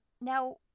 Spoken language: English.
Now